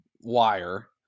Wire